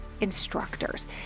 instructors